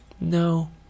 No